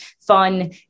fun